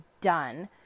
done